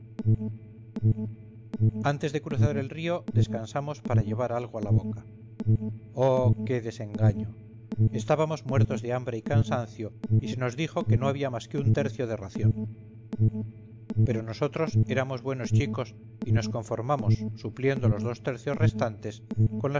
antes de cruzar el río descansamos para llevar algo a la boca oh qué desengaño estábamos muertos de hambre y cansancio y se nos dijo que no había más que un tercio de ración pero nosotros éramos buenos chicos y nos conformamos supliendo los dos tercios restantes con